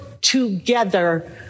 together